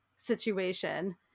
situation